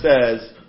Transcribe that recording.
says